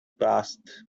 passed